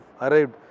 arrived